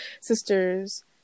sisters